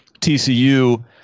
TCU